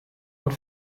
und